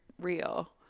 real